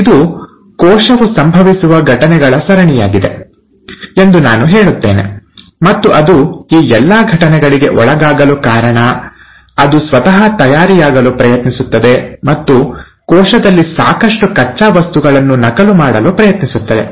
ಇದು ಕೋಶವು ಸಂಭವಿಸುವ ಘಟನೆಗಳ ಸರಣಿಯಾಗಿದೆ ಎಂದು ನಾನು ಹೇಳುತ್ತೇನೆ ಮತ್ತು ಅದು ಈ ಎಲ್ಲಾ ಘಟನೆಗಳಿಗೆ ಒಳಗಾಗಲು ಕಾರಣ ಅದು ಸ್ವತಃ ತಯಾರಿಯಾಗಲು ಪ್ರಯತ್ನಿಸುತ್ತದೆ ಮತ್ತು ಕೋಶದಲ್ಲಿ ಸಾಕಷ್ಟು ಕಚ್ಚಾ ವಸ್ತುಗಳನ್ನು ನಕಲು ಮಾಡಲು ಪ್ರಯತ್ನಿಸುತ್ತದೆ